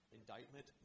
indictment